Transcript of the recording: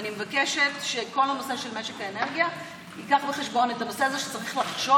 ואני מבקשת שבכל נושא משק האנרגיה יביא בחשבון שצריך לחשוב